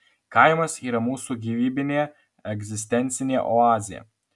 kaimas yra mūsų gyvybinė egzistencinė oazė